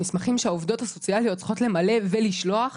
שהעובדות הסוציאליות צריכות למלא ולשלוח